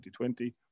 2020